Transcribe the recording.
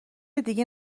دیگه